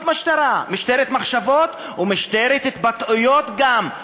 משטרה: משטרת מחשבות ומשטרת התבטאויות גם.